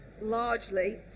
largely